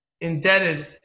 indebted